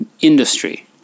industry